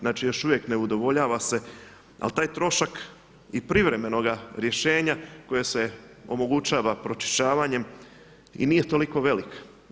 Znači još uvijek ne udovoljava se, ali taj trošak i privremenoga rješenja koje se omogućava pročišćavanjem i nije toliko velik.